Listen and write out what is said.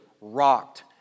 rocked